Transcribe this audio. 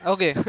Okay